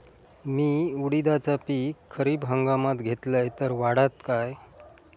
मी उडीदाचा पीक खरीप हंगामात घेतलय तर वाढात काय?